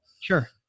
Sure